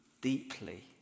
deeply